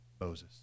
Moses